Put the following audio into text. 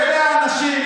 אלה האנשים.